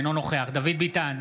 אינו נוכח דוד ביטן,